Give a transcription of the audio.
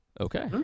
okay